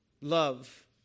love